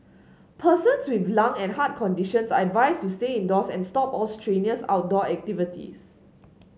persons with lung and heart conditions are advised to stay indoors and stop all strenuous outdoor activities